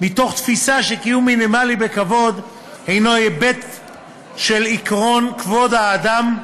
מתוך תפיסה שקיום מינימלי בכבוד הוא היבט של עקרון כבוד האדם.